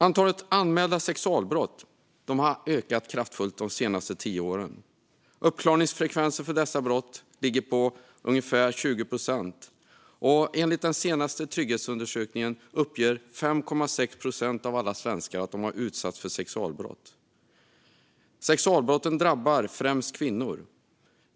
Antalet anmälda sexualbrott har ökat kraftigt de senaste tio åren. Uppklaringsfrekvensen för dessa brott ligger på ungefär 20 procent. Enligt den senaste trygghetsundersökningen uppger 5,6 procent av alla svenskar att de har utsatts för sexualbrott. Sexualbrotten drabbar främst kvinnor.